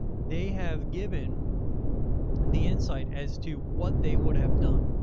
they have given the insight as to what they would have done.